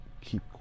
keep